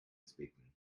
speaking